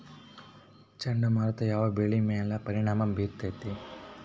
ಚಂಡಮಾರುತ ಯಾವ್ ಬೆಳಿ ಮ್ಯಾಲ್ ಪರಿಣಾಮ ಬಿರತೇತಿ?